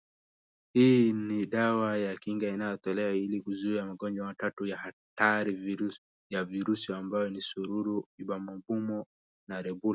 hii ni dawa ya kinga inayotolewa hili kuzuia magonjwa matatu makali ya virusi ambayo ni sururu, inamkumu na rebula .